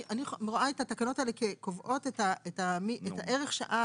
אני רואה את התקנות האלה כקובעות את הערך שעה